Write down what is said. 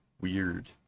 weird